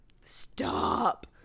Stop